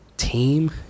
team